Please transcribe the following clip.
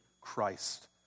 Christ